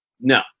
no